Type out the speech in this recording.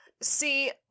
See